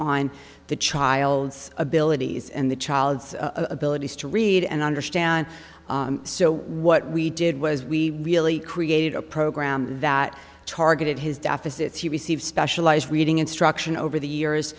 on the child's abilities and the child's abilities to read and understand so what we did was we really created a program that targeted his deficits he received specialized reading instruction over the years